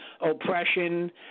oppression